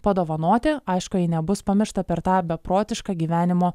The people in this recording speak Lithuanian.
padovanoti aišku jei nebus pamiršta per tą beprotišką gyvenimo